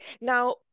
now